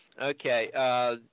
Okay